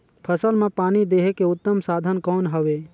फसल मां पानी देहे के उत्तम साधन कौन हवे?